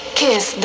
kiss